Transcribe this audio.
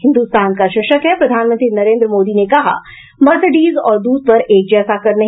हिन्दुस्तान का शीर्षक है प्रधानमंत्री नरेन्द्र मोदी ने कहा मर्सिडीज और दूध पर एक जैसा कर नहीं